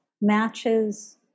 matches